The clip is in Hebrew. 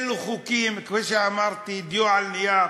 אלו חוקים, כפי שאמרתי, דיו על נייר,